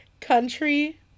Country